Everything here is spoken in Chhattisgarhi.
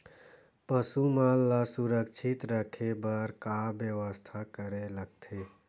पशु मन ल सुरक्षित रखे बर का बेवस्था करेला लगथे?